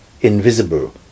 invisible